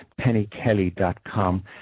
pennykelly.com